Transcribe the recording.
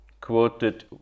quoted